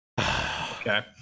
Okay